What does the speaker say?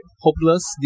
hopeless